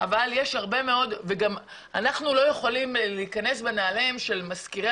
אנחנו לא יכולים להיכנס בנעליהם של משכירי